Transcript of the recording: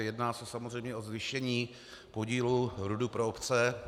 Jedná se samozřejmě o zvýšení podílu RUD pro obce.